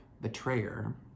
betrayer